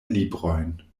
librojn